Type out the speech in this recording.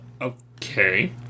Okay